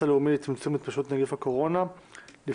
הלאומי לצמצום התפשטות נגיף הקורונה (הוראת שעה) (תיקון),